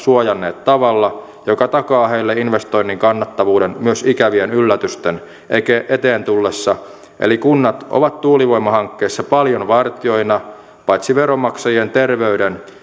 suojanneet tavalla joka takaa heille investoinnin kannattavuuden myös ikävien yllätysten eteen tullessa eli kunnat ovat tuulivoimahankkeissa paljon vartijoina paitsi veronmaksajien terveyden